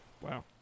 Wow